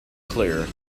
clear